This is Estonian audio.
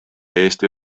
eesti